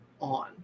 on